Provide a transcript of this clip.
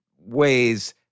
ways